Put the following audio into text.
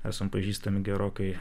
esam pažįstami gerokai